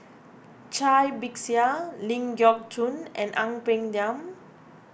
Cai Bixia Ling Geok Choon and Ang Peng Tiam